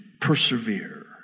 persevere